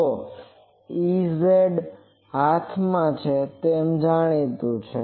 તો Ez મારા હાથમાં છેતે જાણીતું છે